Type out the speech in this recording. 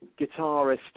guitarist